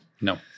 No